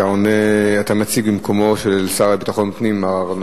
התשע"א 2011, קריאה ראשונה.